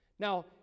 Now